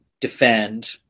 defend